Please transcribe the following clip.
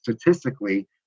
statistically